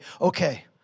okay